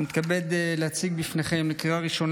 אני מתכבד להציג בפניכם לקריאה ראשונה